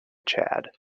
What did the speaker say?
chad